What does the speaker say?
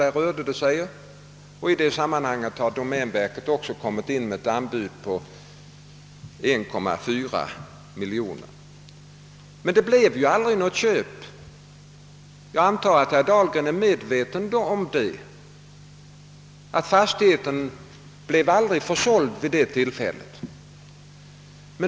Domänverket hade i sammanhanget också lagt in ett anbud på 1,4 miljon. Men jag antar att herr Dahlgren är medveten om att fastigheten inte blev försåld vid detta tillfälle.